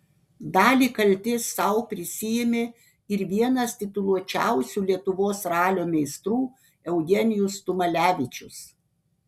dalį kaltės sau prisiėmė ir vienas tituluočiausių lietuvos ralio meistrų eugenijus tumalevičius